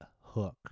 hook